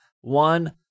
one